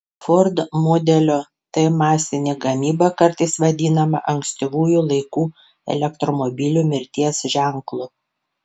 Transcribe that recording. ford modelio t masinė gamyba kartais vadinama ankstyvųjų laikų elektromobilių mirties ženklu